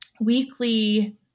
weekly